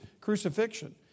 crucifixion